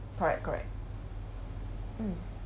correct correct mm